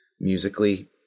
musically